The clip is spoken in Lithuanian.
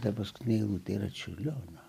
ta paskutinė eilutė yra čiurlionio